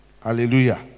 hallelujah